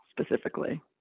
specifically